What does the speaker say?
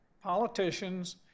politicians